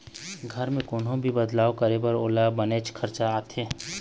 घर म कोनो भी बदलाव करबे त ओमा बनेच खरचा आथे